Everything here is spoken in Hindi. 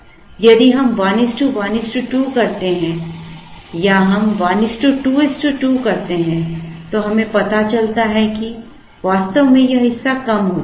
अब यदि हम 1 1 2 करते हैं या हम 1 2 2 करते हैं तो हमें पता चलता है कि वास्तव में यह हिस्सा कम हो जाएगा